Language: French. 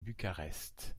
bucarest